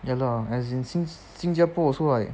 ya lah as in since 新加坡 also like